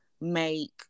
make